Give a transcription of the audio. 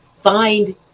Find